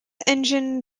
engine